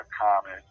common